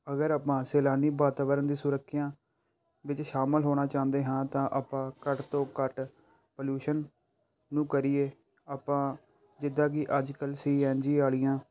ਅਗਰ ਆਪਾਂ ਸੈਲਾਨੀ ਵਾਤਾਵਰਨ ਦੀ ਸੁਰੱਖਿਆ ਵਿੱਚ ਸ਼ਾਮਿਲ ਹੋਣਾ ਚਾਹੁੰਦੇ ਹਾਂ ਤਾਂ ਆਪਾਂ ਘੱਟ ਤੋਂ ਘੱਟ ਪੋਲਊਸ਼ਨ ਨੂੰ ਕਰੀਏ ਆਪਾਂ ਜਿੱਦਾਂ ਕਿ ਅੱਜ ਕੱਲ੍ਹ ਸੀ ਐਨ ਜੀ ਵਾਲੀਆਂ